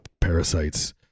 parasites